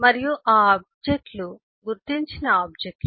మరియు ఆ ఆబ్జెక్ట్లు గుర్తించిన ఆబ్జెక్ట్లు